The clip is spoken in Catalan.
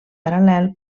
paral·lel